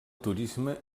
turisme